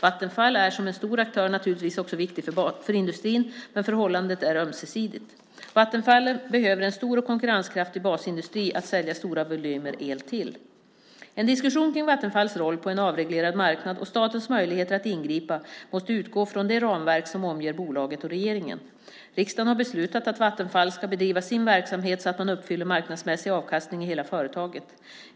Vattenfall är som en stor aktör naturligtvis också viktig för industrin, men förhållandet är ömsesidigt. Vattenfall behöver en stor och konkurrenskraftig basindustri att sälja stora volymer el till. En diskussion kring Vattenfalls roll på en avreglerad marknad och statens möjligheter att ingripa måste utgå från det ramverk som omger bolaget och regeringen. Riksdagen har beslutat att Vattenfall ska bedriva sin verksamhet så att man uppfyller marknadsmässig avkastning i hela företaget.